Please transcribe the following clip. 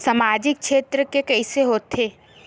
सामजिक क्षेत्र के कइसे होथे?